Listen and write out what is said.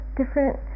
different